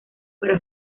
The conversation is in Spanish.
para